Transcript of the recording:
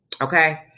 Okay